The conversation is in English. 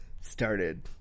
started